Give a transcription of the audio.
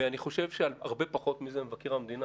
אני חושב שעל הרבה פחות מזה מבקר המדינה,